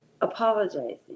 Apologizing